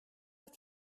have